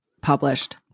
published